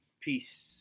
Peace